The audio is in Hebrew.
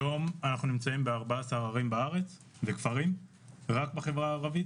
היום אנחנו נמצאים ב-14 ערים וכפרים בארץ רק בחברה הערבית.